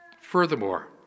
Furthermore